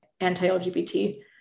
anti-LGBT